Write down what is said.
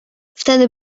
wtedy